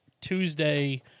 Tuesday